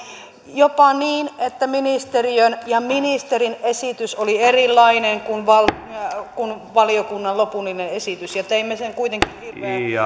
jopa niin että ministeriön ja ministerin esitys oli erilainen kuin valiokunnan lopullinen esitys ja teimme sen kuitenkin